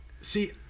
see